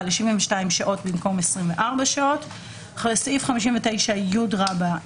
ל-72 שעות במקום 24. אחרי סעיף 50י רבא,